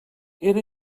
era